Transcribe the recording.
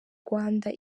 rwanda